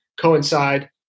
coincide